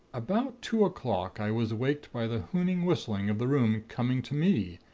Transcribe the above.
about two o'clock i was waked by the hooning whistling of the room coming to me,